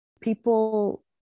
people